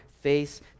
face